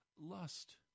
Lust